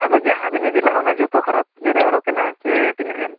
ᱟᱫᱚ ᱡᱟᱦᱟᱸ ᱵᱮᱱ ᱤᱫᱤ ᱞᱟᱜᱼᱟ ᱚᱱᱟ ᱡᱚᱛᱚ ᱠᱷᱟᱨᱟᱯ ᱜᱮ ᱚᱰᱚᱠᱮᱱᱟ ᱥᱮ ᱛᱤᱱᱟᱹᱜ ᱜᱟᱱ